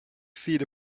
feet